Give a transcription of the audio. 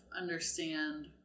understand